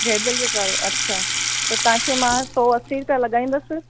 red velvet वारो अछा त तव्हांखे मां सौ असी रुपया लॻाईंदसि